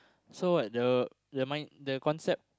so what the the mind the concept